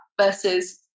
versus